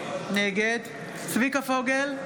נגד צביקה פוגל,